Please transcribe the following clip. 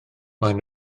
maen